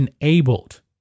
enabled